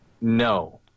No